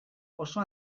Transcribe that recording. oso